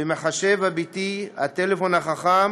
במחשב הביתי, בטלפון החכם